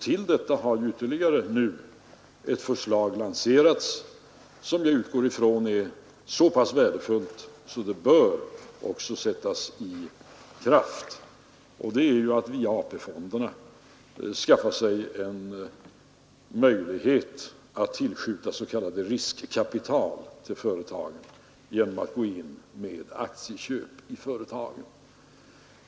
Till detta har nu ytterligare ett förslag lanserats, som jag utgår från är så pass värdefullt att det också bör genomföras, nämligen att via AP-fonderna tillskjuta s.k. riskkapital till företagen genom att gå in med aktieköp i dessa.